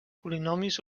polinomis